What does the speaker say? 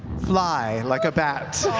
fly like a bat.